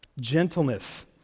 Gentleness